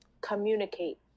communicate